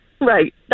Right